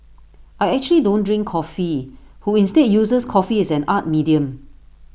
I actually don't drink coffee who instead uses coffee as an art medium